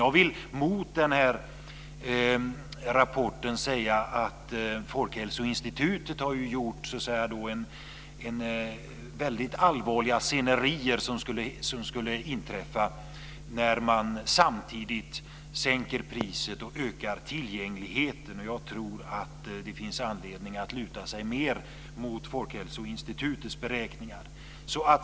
Jag vill mot den här rapporten säga att Folkhälsoinstitutet har pekat på väldigt allvarliga scenerier som skulle inträffa om man samtidigt sänker priset och ökar tillgängligheten. Jag tror att det finns anledning att luta sig mer mot Folkhälsoinstitutets beräkningar.